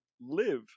live